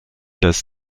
des